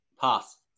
Pass